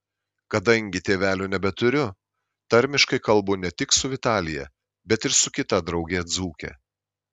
kadangi tėvelių nebeturiu tarmiškai kalbu ne tik su vitalija bet ir su kita drauge dzūke